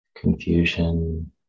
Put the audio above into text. confusion